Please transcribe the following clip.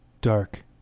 dark